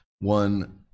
one